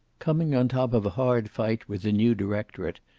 coming on top of a hard fight with the new directorate,